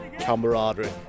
camaraderie